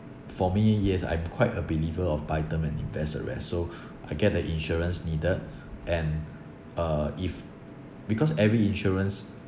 for me yes I'm quite a believer of buy term and invest the rest so I get the insurance needed and uh if because every insurance